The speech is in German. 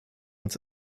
uns